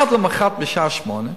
עד למחרת בשעה 08:00,